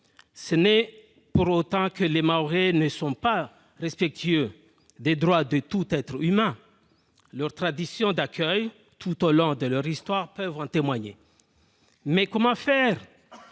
ce n'est pas que les Mahorais ne sont pas respectueux des droits de tout être humain : leurs traditions d'accueil tout au long de leur histoire peuvent en témoigner. Mais comment faire